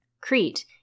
Crete